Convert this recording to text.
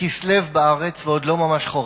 כסלו בארץ ועוד לא ממש חורף.